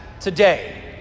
today